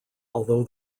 although